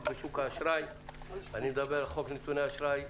בשוק האשראי אני מדבר על חוק נתוני אשראי,